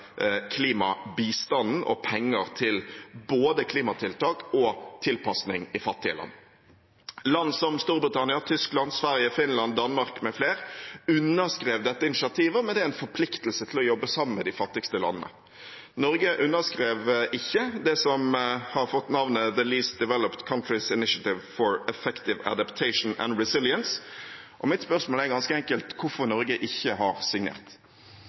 klimabistanden og penger til både klimatiltak og tilpasning i fattige land. Land som Storbritannia, Tyskland, Sverige, Finland, Danmark med flere underskrev dette initiativet og med det en forpliktelse til å jobbe sammen med de fattigste landene. Norge underskrev ikke det som har fått navnet The Least Developed Countries Initiative for Effective Adaptation and Resilience, og mitt spørsmål er ganske enkelt hvorfor Norge ikke har signert.